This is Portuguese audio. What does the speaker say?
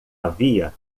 havia